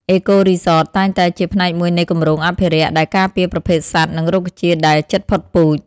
អេកូរីសត តែងតែជាផ្នែកមួយនៃគម្រោងអភិរក្សដែលការពារប្រភេទសត្វ និងរុក្ខជាតិដែលជិតផុតពូជ។